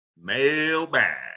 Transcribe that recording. Mailbag